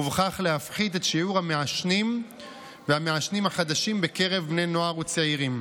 ובכך להפחית את שיעור המעשנים והמעשנים החדשים בקרב בני נוער וצעירים.